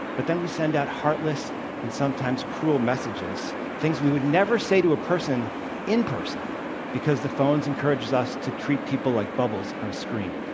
but then we sent out heartless and sometimes cruel messages things we would never say to a person in person because the phones encourage us to treat people like bubbles on a screen.